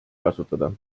kasutada